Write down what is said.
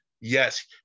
yes